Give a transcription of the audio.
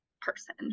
person